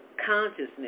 consciousness